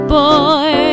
boy